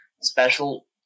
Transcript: special